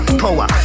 power